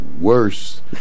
worse